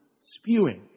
spewing